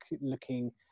looking